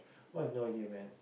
I have no idea man